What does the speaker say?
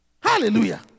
Hallelujah